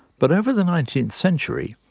but over the nineteenth century,